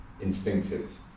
instinctive